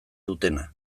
dutena